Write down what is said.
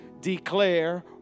Declare